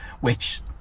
which-